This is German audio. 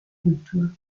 kultur